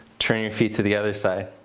turn your feet to the other side.